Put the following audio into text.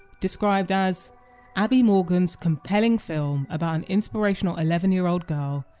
described as abi morgan's compelling film about an inspirational eleven year old girl,